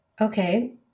Okay